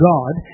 God